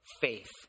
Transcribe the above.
faith